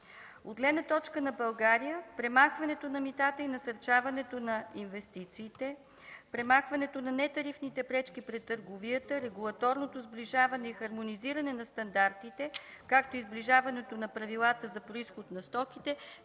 От гледна точка на България премахването на митата и насърчаването на инвестициите, премахването на нетарифните пречки пред търговията, регулаторното сближаване и хармонизиране на стандартите, както и сближаването на правилата за произход на стоките,